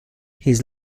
his